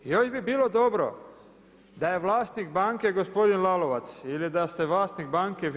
Još bi bilo dobro da je vlasnik banke gospodin Lalovac ili da ste vlasnik banke vi.